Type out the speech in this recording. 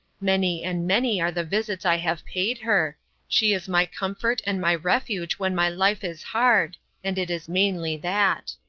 many and many are the visits i have paid her she is my comfort and my refuge when my life is hard and it is mainly that.